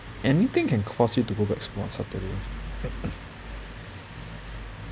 anything can cause you to go back school on saturday